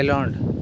ᱠᱷᱮᱞᱳᱸᱰ